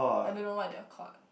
I don't know what their court